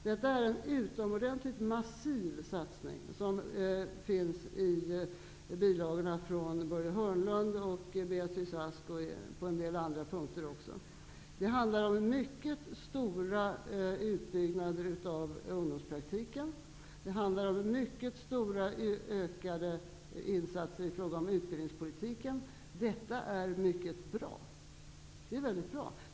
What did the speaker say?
Detta är en utomordentligt massiv satsning, och det finns med i bilagorna från bl.a. Börje Det är fråga om en mycket stor utbyggnad av ungdomspraktiken och ökade insatser i fråga om utbildningspolitiken. Detta är mycket bra.